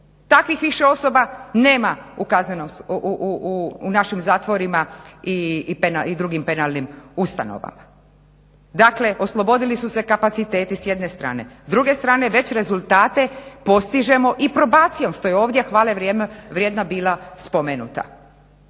Takvih više osoba nema u našim zatvorima i drugim penalnim ustanovama. Dakle, oslobodili su se kapaciteti s jedne strane. S druge strane, već rezultate postižemo i probacijom što je ovdje hvale vrijedna bila spomenuta.